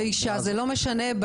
זה לא משנה.